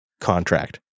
contract